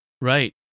Right